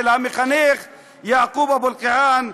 של המחנך יעקוב אבו אלקיעאן,